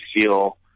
feel